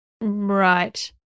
Right